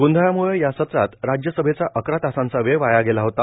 गोंधळमुळं या सत्रात राज्यसभेचा अकया तासांचा वेळ वाया गेला होता